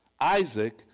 Isaac